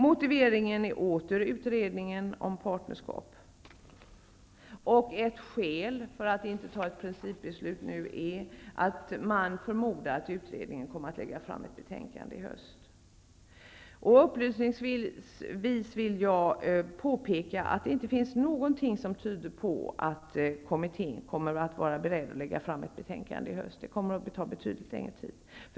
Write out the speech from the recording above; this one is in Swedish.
Motiveringen är även nu utredningen om partnerskap; ett skäl för att inte ta ett principbeslut nu är att man förmodar att utredningen kommer att lägga fram ett betänkande i höst. Upplysningsvis vill jag påpeka att det inte finns någonting som tyder på att kommittén kommer att vara beredd att lägga fram något betänkande i höst; det kommer att ta betydligt längre tid.